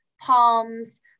palms